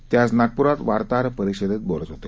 ते आज नागपुरात वार्ताहर परिषदेत बोलत होते